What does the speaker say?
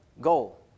goal